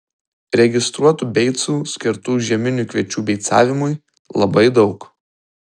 registruotų beicų skirtų žieminių kviečių beicavimui labai daug